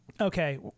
Okay